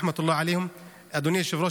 אדוני היושב-ראש,